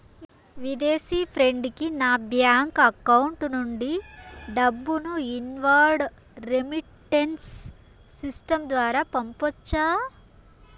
విదేశీ ఫ్రెండ్ కి నా బ్యాంకు అకౌంట్ నుండి డబ్బును ఇన్వార్డ్ రెమిట్టెన్స్ సిస్టం ద్వారా పంపొచ్చా?